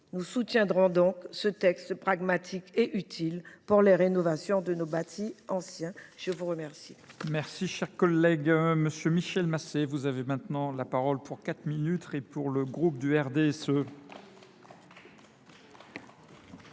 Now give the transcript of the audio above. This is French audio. RDPI soutiendra donc ce texte pragmatique et utile pour les rénovations de nos bâtis anciens. La parole